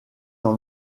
dans